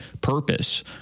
purpose